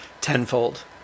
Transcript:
tenfold